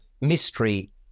mystery